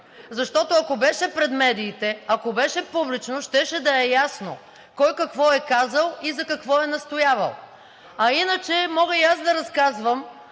Защото, ако беше пред медиите, ако беше публично, щеше да е ясно кой какво е казал и за какво е настоявал. А иначе, мога и аз да разказвам